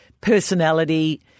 personality